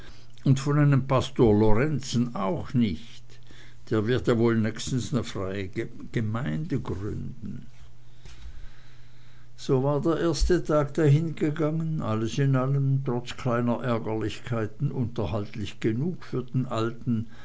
und von deinem pastor lorenzen auch nicht der wird ja wohl nächstens ne freie gemeinde gründen so war der erste tag dahingegangen alles in allem trotz kleiner ärgerlichkeiten unterhaltlich genug für den alten